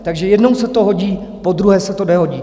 Takže jednou se to hodí, podruhé se to nehodí.